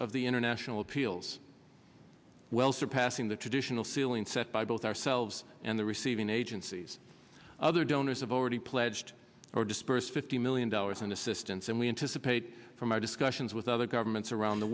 of the international appeals well surpassing the traditional ceiling set by both ourselves and the receiving agencies other donors have already pledged or disperse fifty million dollars in assistance and we anticipate from our discussions with other governments around the